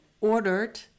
ordered